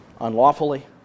unlawfully